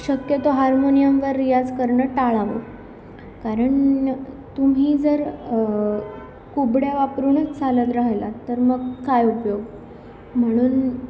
शक्यतो हार्मोनियमवर रियाज करणं टाळावं कारण तुम्ही जर कुबड्या वापरूनच चालत राहिला तर मग काय उपयोग म्हणून